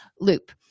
loop